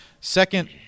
second